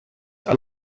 are